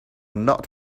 not